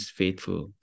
faithful